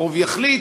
הרוב יחליט: